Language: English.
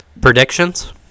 Predictions